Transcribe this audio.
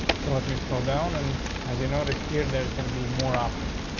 well, let me scroll down. and as you noticed here, there's gonna be more options.